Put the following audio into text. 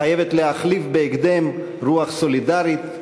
חייבת להחליף בהקדם רוח סולידרית,